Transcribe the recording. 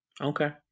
Okay